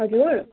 हजुर